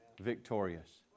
Victorious